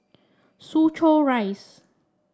Soo Chow Rise